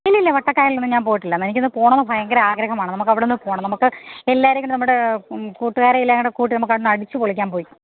ഇല്ലില്ല വട്ടക്കായലിലൊന്നും ഞാൻ പോയിട്ടില്ല എനിക്കൊന്നു പോകണമെന്ന് ഭയങ്കര ആഗ്രഹമാണ് നമുക്കവിടെയൊന്നു പോകണം നമുക്ക് എല്ലാവരുടെയും കൂടെ നമ്മുടെ കൂട്ടുകാരെ എല്ലാം കൂടെക്കൂട്ടി നമുക്കൊന്നടിച്ചു പൊളിക്കാം പോയി